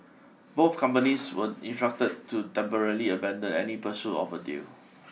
both companies were instruct to temporarily abandon any pursuit of a deal